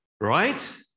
Right